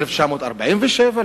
ל-1947,